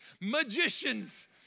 magicians